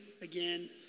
again